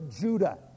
Judah